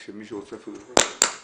כיווניות שכבר קיימות ולשדר מעבר לראש